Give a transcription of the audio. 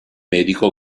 medico